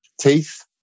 teeth